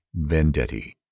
Vendetti